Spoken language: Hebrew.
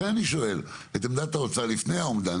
לכן אני שואל על עמדת האוצר, לפני האומדן.